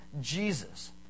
Jesus